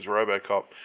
RoboCop